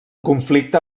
conflicte